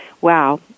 wow